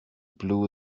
blew